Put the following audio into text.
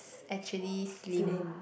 actually slim